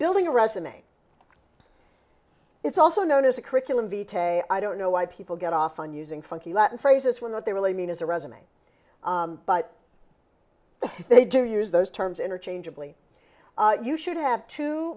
building a resume it's also known as a curriculum i don't know why people get off on using funky latin phrases when they really mean as a resume but they do use those terms interchangeably you should have two